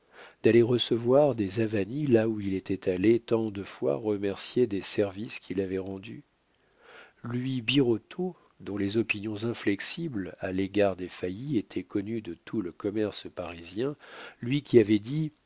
d'aller recevoir des avanies là où il était allé tant de fois remercié des services qu'il avait rendus lui birotteau dont les opinions inflexibles à l'égard des faillis étaient connues de tout le commerce parisien lui qui avait dit